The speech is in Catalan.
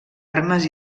armes